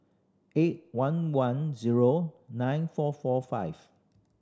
eight one one zero nine four four five